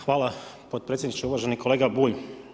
Hvala potpredsjedniče, uvaženi kolega Bulj.